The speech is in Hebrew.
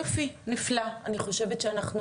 יופי, נפלא, אני חושבת שאנחנו